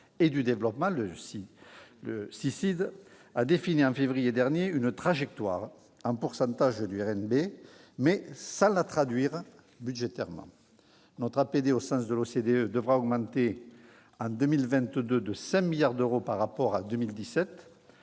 et du développement, le CICID, a défini en février dernier une trajectoire en pourcentage du RNB, mais sans la traduire budgétairement. Notre aide publique au développement, au sens de l'OCDE, devra augmenter en 2022 de 5 milliards d'euros par rapport à 2017,